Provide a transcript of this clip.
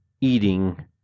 eating